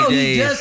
days